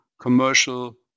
commercial